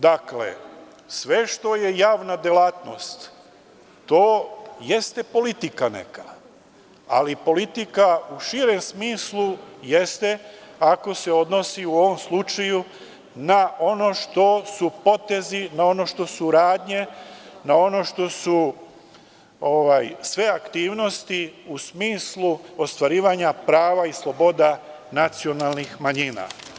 Dakle, sve što je javna delatnost to jeste politika neka, ali politika u širem smislu jeste ako se odnosi u ovom slučaju na ono što su potezi, na ono što su radnje, na ono što su sve aktivnosti u smislu ostvarivanja prava i sloboda nacionalnih manjina.